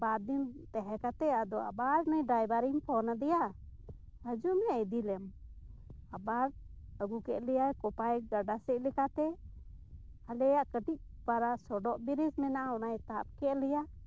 ᱵᱟᱨ ᱫᱤᱱ ᱛᱮᱦᱮᱸ ᱠᱟᱛᱮ ᱟᱵᱟᱨ ᱩᱱᱤ ᱰᱟᱭᱵᱟᱨᱤᱧ ᱯᱷᱳᱱ ᱟᱫᱮᱭᱟ ᱦᱤᱡᱩᱜ ᱢᱮ ᱤᱫᱤᱞᱮᱢ ᱟᱵᱟᱨ ᱟᱹᱜᱩ ᱠᱮᱫ ᱞᱮᱭᱟᱭ ᱠᱳᱯᱟᱭ ᱜᱟᱰᱟ ᱥᱮᱫ ᱞᱮᱠᱟᱛᱮ ᱟᱞᱮᱭᱟᱜ ᱠᱟᱹᱴᱤᱡ ᱯᱟᱨᱟ ᱥᱚᱰᱚᱜ ᱵᱨᱤᱡᱽ ᱢᱮᱱᱟᱜᱼᱟ ᱚᱱᱟᱭ ᱛᱟᱵ ᱠᱮᱫ ᱞᱮᱭᱟ